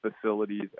facilities